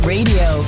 Radio